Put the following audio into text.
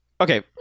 Okay